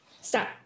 Stop